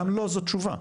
גם "לא", זו תשובה.